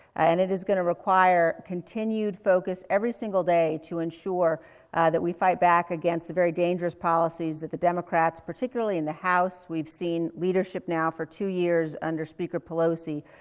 and it is going to require continued focus every single day to ensure that we fight back against the very dangerous policies that the democrats, particularly in the house, we've seen leadership now for two years under speaker pelosi.